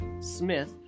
Smith